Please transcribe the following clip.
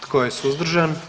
Tko je suzdržan?